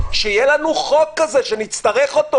שיהיה לנו חוק כזה שנצטרך אותו?